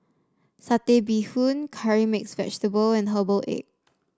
Satay Bee Hoon Curry Mixed Vegetable and Herbal Egg